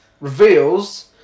reveals